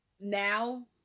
now